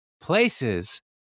places